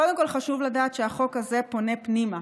קודם כול חשוב לדעת שהחוק הזה פונה פנימה,